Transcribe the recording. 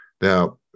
now